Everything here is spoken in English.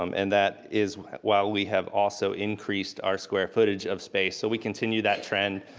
um and that is why we have also increased our square footage of space. so we continue that trend.